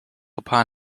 upon